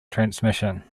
transmission